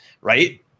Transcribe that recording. right